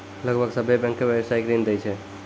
लगभग सभ्भे बैंकें व्यवसायिक ऋण दै छै